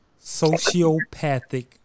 sociopathic